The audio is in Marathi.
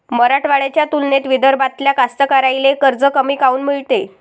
मराठवाड्याच्या तुलनेत विदर्भातल्या कास्तकाराइले कर्ज कमी काऊन मिळते?